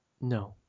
No